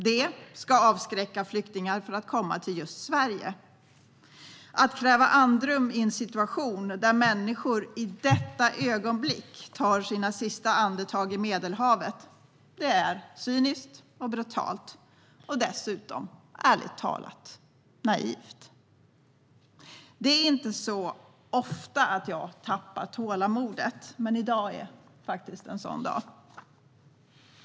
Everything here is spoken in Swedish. Det ska avskräcka flyktingar från att komma till just Sverige. Att kräva andrum i en situation där människor i detta ögonblick tar sina sista andetag i Medelhavet är cyniskt och brutalt. Dessutom är det, ärligt talat, naivt. Jag tappar inte tålamodet så ofta, men i dag är en sådan dag.